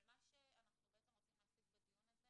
אבל מה שאנחנו בעצם רוצים להשיג בדיון הזה